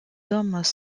dômes